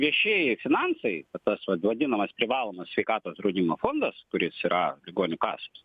viešieji finansai tas vat vadinamas privalomo sveikatos draudimo fondas kuris yra ligonių kasos